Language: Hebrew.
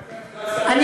ממש.